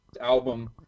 album